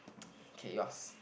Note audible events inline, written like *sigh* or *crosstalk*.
*breath* K yours